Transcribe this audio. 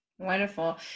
Wonderful